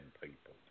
people